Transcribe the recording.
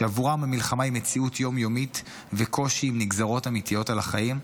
שעבורם המלחמה היא מציאות יום-יומית וקושי עם נגזרות אמיתיות על החיים,